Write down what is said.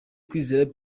kwizera